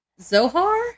Zohar